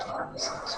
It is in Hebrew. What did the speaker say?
בבקשה.